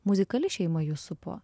muzikali šeima jus supo